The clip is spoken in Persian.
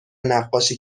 نقاشی